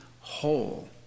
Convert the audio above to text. whole